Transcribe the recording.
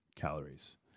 calories